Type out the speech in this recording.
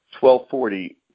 1240